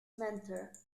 mentor